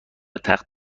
تخت